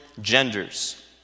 genders